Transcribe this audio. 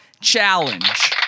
challenge